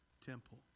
temple